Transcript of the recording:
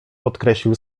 podkreślił